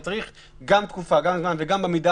אתה צריך גם תקופה וגם זמן וגם במידה